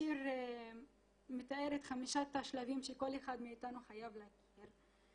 השיר מתאר את חמשת השלבים שכל אחד מאיתנו חייב להכיר.